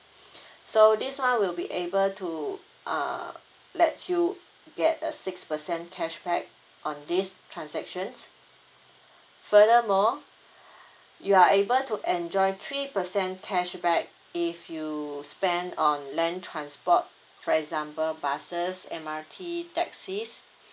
so this [one] will be able to uh let you get a six percent cashback on these transactions furthermore you are able to enjoy three percent cashback if you spend on land transport for example buses M_R_T taxis